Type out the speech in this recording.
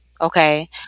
Okay